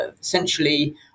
essentially